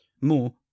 More